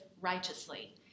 righteously